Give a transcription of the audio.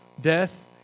death